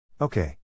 Okay